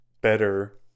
better